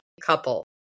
couple